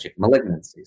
malignancies